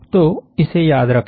तो इसे याद रखें